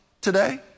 today